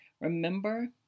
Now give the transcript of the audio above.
Remember